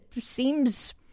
seems